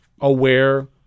aware